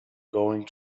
going